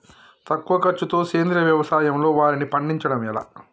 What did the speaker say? తక్కువ ఖర్చుతో సేంద్రీయ వ్యవసాయంలో వారిని పండించడం ఎలా?